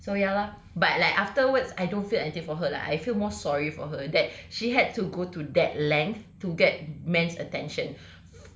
so ya lah but like afterwards I don't feel anything for her lah I feel more sorry for her that she had to go to that length to get man's attention